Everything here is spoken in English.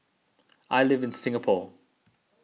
I live in Singapore